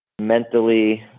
mentally